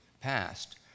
passed